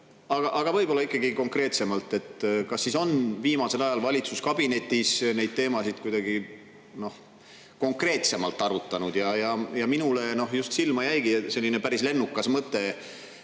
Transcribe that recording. [sa vastad] ikkagi konkreetsemalt, kas siis on viimasel ajal valitsuskabinetis neid teemasid kuidagi konkreetsemalt arutatud. Ja minule jäi silma päris lennukas mõte